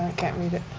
can't read it,